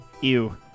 Ew